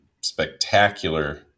spectacular